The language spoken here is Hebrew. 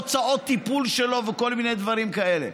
הוצאות טיפול שלו וכל מיני דברים כאלה.